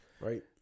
right